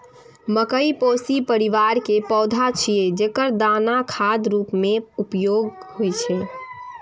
मकइ पोएसी परिवार के पौधा छियै, जेकर दानाक खाद्य रूप मे उपयोग होइ छै